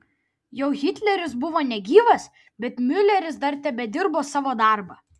jau hitleris buvo negyvas bet miuleris dar tebedirbo savo darbą